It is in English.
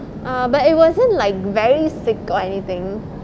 err but it wasn't like very sick or anything